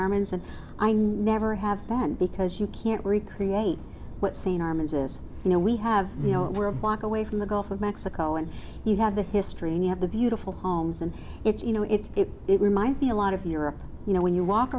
minds and i never have that because you can't recreate what scene armin's is you know we have you know we're a block away from the gulf of mexico and you have the history and you have the beautiful homes and it's you know it's it reminds me a lot of europe you know when you walk